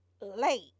late